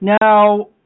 Now